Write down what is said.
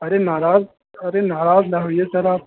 अरे नाराज़ अरे नाराज़ ना होएं सर आप